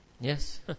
Yes